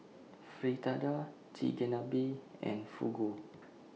Fritada Chigenabe and Fugu